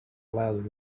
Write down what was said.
allows